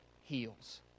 heals